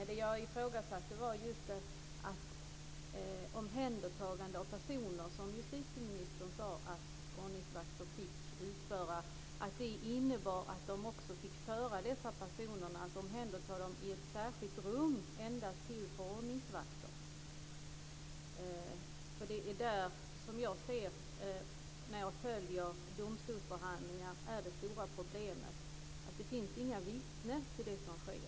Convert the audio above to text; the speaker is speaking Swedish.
Fru talman! Det jag ifrågasatte var att omhändertagande av personer, som justitieministern sade att ordningsvakter får utföra, innebär att de också får föra dessa personer till ett särskilt rum, endast till för ordningsvakter. Det är det som jag, när jag följer domstolsförhandlingar, inser är det stora problemet, dvs. att det inte finns några vittnen till det som sker.